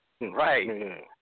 right